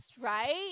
right